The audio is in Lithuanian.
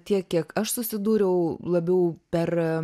tiek kiek aš susidūriau labiau per